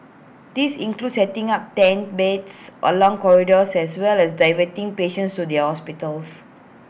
these include setting up tent beds along corridors as well as diverting patients to the hospitals